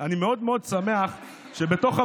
רק היום,